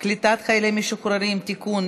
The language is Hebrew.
קליטת חיילים משוחררים (תיקון,